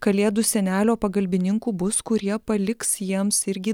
kalėdų senelio pagalbininkų bus kurie paliks jiems irgi